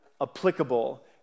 applicable